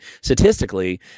statistically